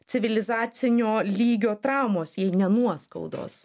civilizacinio lygio traumos jei ne nuoskaudos